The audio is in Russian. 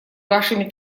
вашими